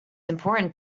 important